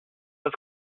was